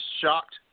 shocked